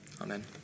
Amen